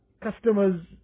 customers